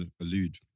allude